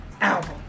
album